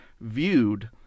viewed